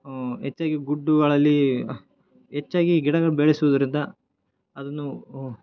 ಹೆಚ್ಚಾಗಿ ಗುಡ್ಡಗಳಲ್ಲಿ ಹೆಚ್ಚಾಗಿ ಗಿಡಗಳ ಬೆಳೆಸೋದ್ರಿಂದ ಅದನ್ನು